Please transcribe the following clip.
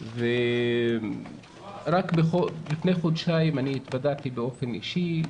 רק לפני חודשיים התוודעתי באופן אישי,